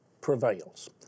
prevails